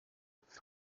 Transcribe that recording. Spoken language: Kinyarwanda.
ararira